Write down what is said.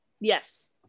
yes